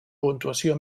puntuació